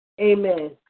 Amen